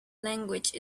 language